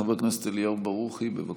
חבר הכנסת אליהו ברוכי, בבקשה.